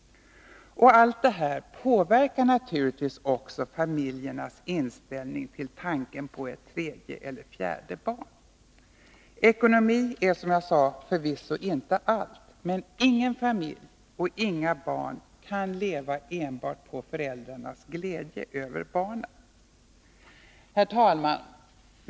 Allt detta påverkar naturligtvis familjernas inställning till tanken på ett tredje eller fjärde barn. Ekonomi är förvisso inte allt, som jag sade, men ingen familj kan leva enbart på föräldrarnas glädje över barnen. Herr talman!